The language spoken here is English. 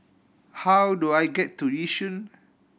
how do I get to Yishun